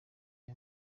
ayo